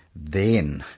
then,